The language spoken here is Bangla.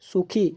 সুখী